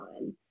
on